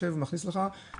המחשב מכניס לך,